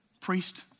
Priest